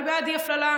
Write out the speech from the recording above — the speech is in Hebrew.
אני בעד אי-הפללה.